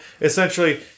Essentially